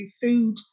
food